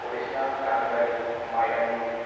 Harisinga Kanhibari Maidangguri